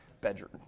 bedroom